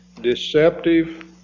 deceptive